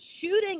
shooting